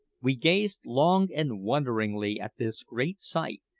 we gazed long and wonderingly at this great sight,